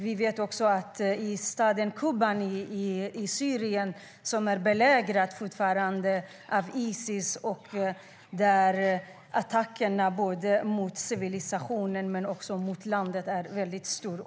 Vi vet också att staden Kobane i Syrien fortfarande är belägrad av Isis och att attackerna mot civilisationen men också mot landet är omfattande.